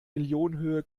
millionenhöhe